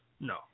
No